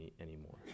anymore